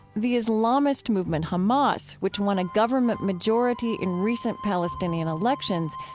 the islamist movement, hamas, which won a government majority in recent palestinian elections,